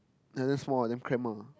yeah damn small damn cramp ah